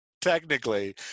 technically